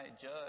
judge